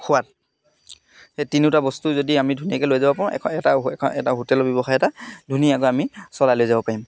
সোৱাদ সেই তিনিওটা বস্তু যদি আমি ধুনীয়াকৈ লৈ যাব পাৰোঁ এখন এটা এখন এটা হোটেলৰ ব্যৱসায় এটা ধুনীয়াকৈ আমি চলাই লৈ যাব পাৰিম